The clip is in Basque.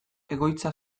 egoitza